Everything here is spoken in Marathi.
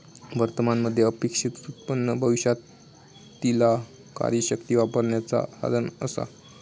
वर्तमान मध्ये अपेक्षित उत्पन्न भविष्यातीला कार्यशक्ती वापरण्याचा साधन असा